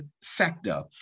sector